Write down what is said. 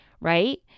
Right